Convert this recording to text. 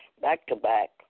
back-to-back